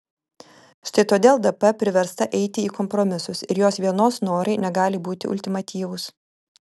štai todėl dp priversta eiti į kompromisus ir jos vienos norai negali būti ultimatyvūs